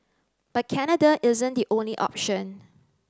but Canada isn't the only option